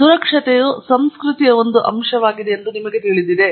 ಈಗ ಸುರಕ್ಷತೆಯು ಸಂಸ್ಕೃತಿಯ ಒಂದು ಅಂಶವಾಗಿದೆ ಎಂದು ನಿಮಗೆ ತಿಳಿದಿದೆ